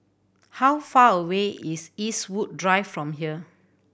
how far away is Eastwood Drive from here